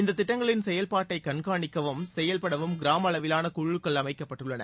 இந்த திட்டங்களின் செயல்பாட்டைக் கண்காணிக்கவும் செயல்படவும் கிராம அளவிலான குழுக்கள் அமைக்கப்பட்டுள்ளன